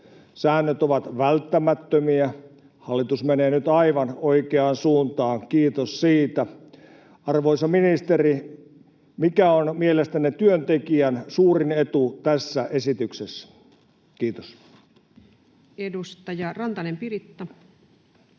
Säännöt ovat välttämättömiä. Hallitus menee nyt aivan oikeaan suuntaan, kiitos siitä. Arvoisa ministeri, mikä on mielestänne työntekijän suurin etu tässä esityksessä? — Kiitos. Edustaja Rantanen, Piritta.